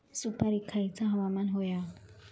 सुपरिक खयचा हवामान होया?